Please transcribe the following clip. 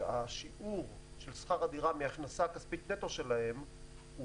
שהשיעור של שכר הדירה מההכנסה הכספית נטו שלהם הוא